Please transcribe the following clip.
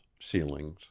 ceilings